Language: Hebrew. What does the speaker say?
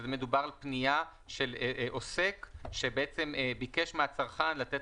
מדובר על פנייה של עוסק שביקש מהצרכן לתת